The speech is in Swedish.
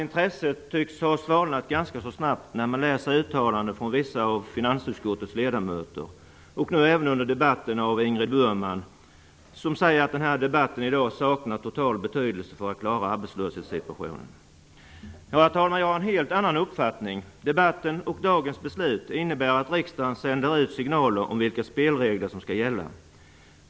Intresset tycks ha svalnat ganska snabbt när man läser uttalanden från vissa av finansutskottets ledamöter och när man nu under debatten hör Ingrid Burman, som säger att debatten i dag helt saknar betydelse för att klara av arbetslöshetssituationen. Herr talman! Jag har en helt annan uppfattning. Debatten och dagens beslut innebär att riksdagen sänder ut signaler om vilka spelregler som skall gälla.